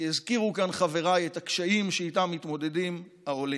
כי הזכירו כאן חבריי את הקשיים שאיתם מתמודדים העולים.